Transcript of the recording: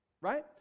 Right